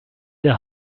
der